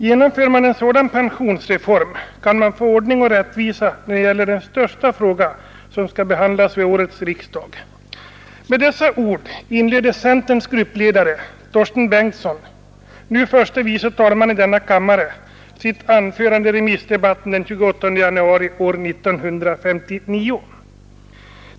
Genomför man en sådan pensionsreform, kan man få ordning och rättvisa när det gäller den största fråga som skall behandlas vid årets riksdag.” Med dessa ord inledde centerns dåvarande gruppledare Torsten Bengtson, nu förste vice talman i denna kammare, sitt anförande i remissdebatten den 28 januari 1959.